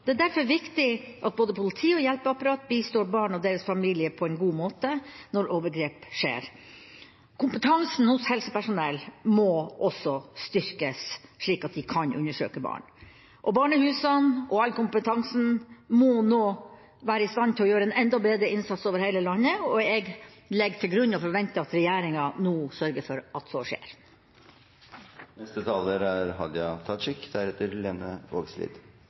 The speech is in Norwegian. Det er derfor viktig at både politi og hjelpeapparat bistår barn og deres familie på en god måte når overgrep skjer. Kompetansen hos helsepersonell må også styrkes, slik at de kan undersøke barn, og barnehusene og all kompetansen må nå være i stand til å gjøre en enda bedre innsats over hele landet. Jeg legger til grunn og forventer at regjeringa nå sørger for at så skjer. Eg er